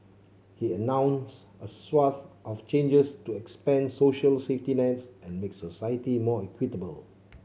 he announced a swathe of changes to expand social safety nets and make society more equitable